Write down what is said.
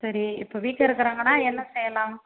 சரி இப்போ வீக்காக இருக்கிறாங்கன்னா என்ன செய்யணும்